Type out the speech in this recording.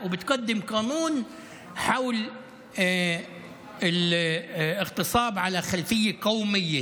ומגישות הצעת חוק בנוגע לאונס על רקע לאומני.